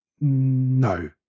no